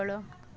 ତଳ